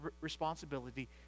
responsibility